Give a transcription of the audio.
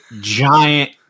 giant